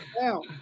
now